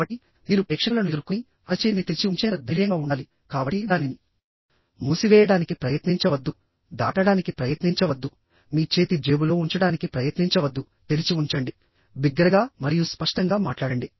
కాబట్టిమీరు ప్రేక్షకులను ఎదుర్కొని అరచేతిని తెరిచి ఉంచేంత ధైర్యంగా ఉండాలి కాబట్టి దానిని మూసివేయడానికి ప్రయత్నించవద్దు దాటడానికి ప్రయత్నించవద్దు మీ చేతి జేబులో ఉంచడానికి ప్రయత్నించవద్దు తెరిచి ఉంచండి బిగ్గరగా మరియు స్పష్టంగా మాట్లాడండి